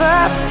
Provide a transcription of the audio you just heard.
up